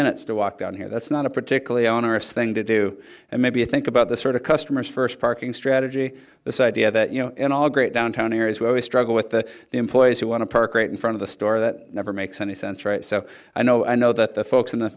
minutes to walk down here that's not a particularly onerous thing to do and maybe you think about the sort of customer's first parking strategy this idea that you know in all great downtown areas where we struggle with the employees who want to percolate in front of the store that never makes any sense right so i know i know that the folks in the